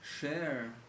share